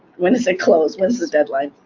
when does it close? when is the deadline?